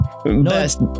Best